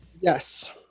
Yes